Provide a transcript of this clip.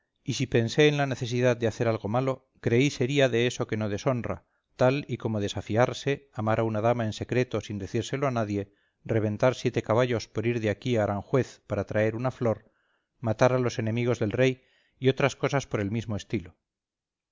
y si pensé en la necesidad de hacer algo malo creí sería de eso que no deshonra tal y como desafiarse amar a una dama en secreto sin decírselo a nadie reventar siete caballos por ir de aquí a aranjuez para traer una flor matar a los enemigos del rey y otras cosas por el mismo estilo